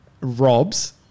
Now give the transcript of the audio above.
Rob's